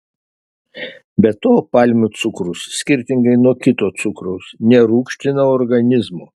be to palmių cukrus skirtingai nuo kito cukraus nerūgština organizmo